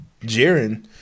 Jiren